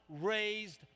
raised